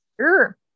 Sure